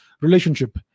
relationship